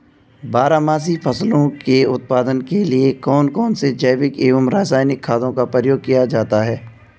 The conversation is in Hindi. बारहमासी फसलों के उत्पादन के लिए कौन कौन से जैविक एवं रासायनिक खादों का प्रयोग किया जाता है?